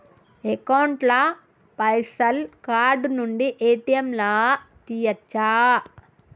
Account ల పైసల్ card నుండి ఏ.టి.ఎమ్ లా తియ్యచ్చా?